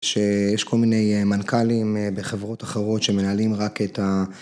שיש כל מיני מנכ"לים בחברות אחרות שמנהלים רק את ה...